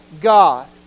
God